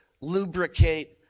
lubricate